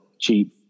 cheap